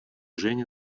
жене